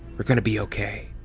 we're going to be okay.